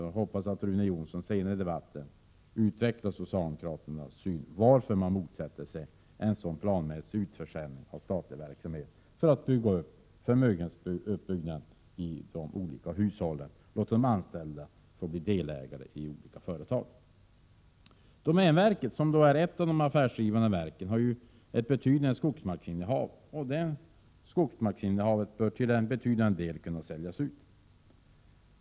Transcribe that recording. Jag hoppas att Rune Jonsson senare i debatten vill utveckla socialdemokraternas syn på detta och ge en förklaring till varför man motsätter sig en planmässig utförsäljning av statlig verksamhet, som skulle kunna åstadkomma en förmögenhetsuppbyggnad i hushållen och låta de anställda bli delägare i olika företag. Domänverket, som är ett av de affärsdrivande verken, har ett betydande skogsmarksinnehav som till en del bör kunna säljas ut.